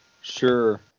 Sure